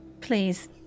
Please